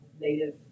native